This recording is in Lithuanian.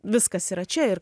viskas yra čia ir